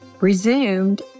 resumed